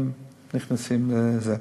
הם נכנסים לזה.